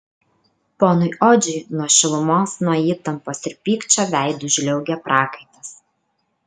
ponui odžiui nuo šilumos nuo įtampos ir pykčio veidu žliaugė prakaitas